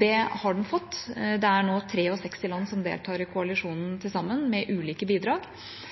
Det har den fått, det er nå til sammen 63 land som deltar i koalisjonen med ulike bidrag.